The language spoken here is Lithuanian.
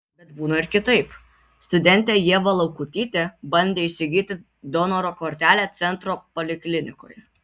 bet būna ir kitaip studentė ieva laukutytė bandė įsigyti donoro kortelę centro poliklinikoje